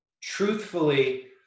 truthfully